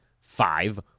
five